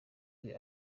rwe